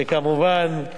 וכמובן,